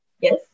yes